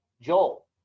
Joel